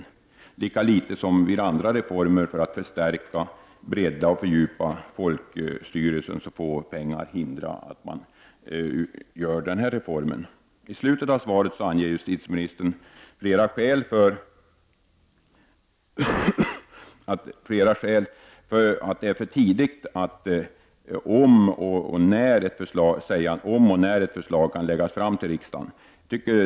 Pengar får inte förhindra att man genomför denna reform, lika litet som vid andra reformer för att förstärka, bredda och fördjupa folkstyrelsen. I slutet av svaret anger justitieministern att det av flera skäl ännu är för tidigt att säga om och när ett förslag kan läggas fram för riksdagen.